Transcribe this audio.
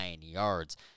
yards